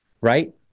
Right